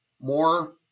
more